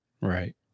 Right